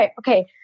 okay